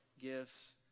gifts